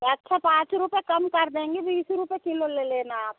अच्छा पाँच रुपये कम कर देंगे बीस रुपये किलो ले लेना आप